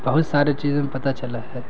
بہت سارے چیزوں میں پتا چلا ہے